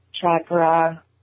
chakra